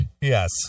Yes